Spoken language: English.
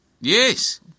Yes